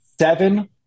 seven